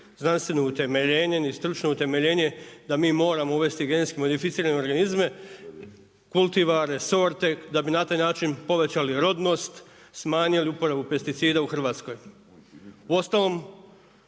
znanstveno utemeljenje ni stručno utemeljenje da mi moramo uvesti GMO kultiviranih sorti da bi na taj povećali rodnost, smanjili uporabu pesticida u Hrvatskoj. Uostalom